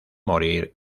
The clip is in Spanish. morir